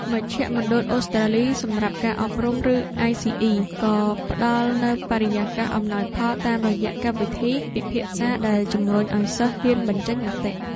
មជ្ឈមណ្ឌលអូស្រ្តាលីសម្រាប់ការអប់រំ ឬ អាយ-ស៊ី-អ៊ី ក៏ផ្ដល់នូវបរិយាកាសអំណោយផលតាមរយៈកម្មវិធីពិភាក្សាដែលជម្រុញឱ្យសិស្សហ៊ានបញ្ចេញមតិ។